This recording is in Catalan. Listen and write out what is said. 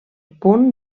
punt